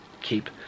keep